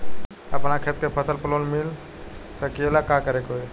अपना खेत के फसल पर लोन मिल सकीएला का करे के होई?